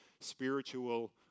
spiritual